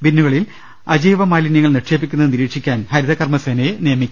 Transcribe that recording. ബിന്നുകളിൽ അജൈവ മാലിന്യങ്ങൾ നിക്ഷേപി ക്കുന്നത് നിരീക്ഷിക്കാൻ ഹരിതകർമ സേനയെ നിയമിക്കും